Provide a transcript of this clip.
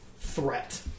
threat